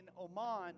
Oman